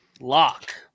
Lock